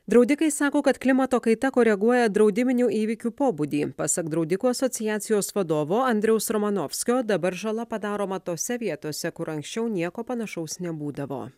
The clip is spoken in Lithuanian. draudikai sako kad klimato kaita koreguoja draudiminių įvykių pobūdį pasak draudikų asociacijos vadovo andriaus romanovskio dabar žala padaroma tose vietose kur anksčiau nieko panašaus nebūdavo